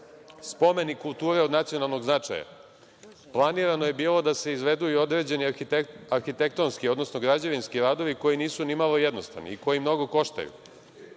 spomenik kulture od nacionalnog značaja. Planirano je bilo da se izvedu i određeni arhitektonski, odnosno građevinski radovi, koji nisu ni malo jednostavni i koji mnogo koštaju